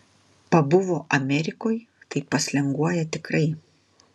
pabuvo amerikoj tai paslenguoja tikrai